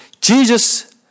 Jesus